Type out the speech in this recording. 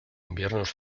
inviernos